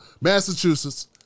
Massachusetts